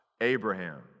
Abraham